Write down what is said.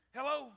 Hello